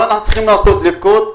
מה אנחנו צריכים לעשות, לבכות?